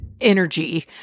energy